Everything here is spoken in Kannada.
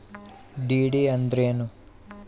ಡಿ.ಡಿ ಅಂದ್ರೇನು?